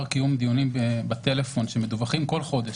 קיום דיונים בטלפון שמדווחים כל חודש,